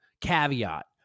caveat